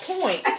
point